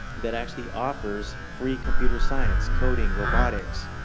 that actually offers free computer science, coding, robotics,